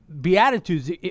Beatitudes